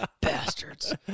Bastards